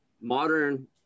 modern